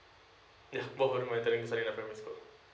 yes both of them are interim studying at primary school